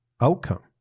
outcome